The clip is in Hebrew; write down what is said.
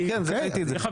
ראיתי את זה.